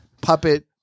puppet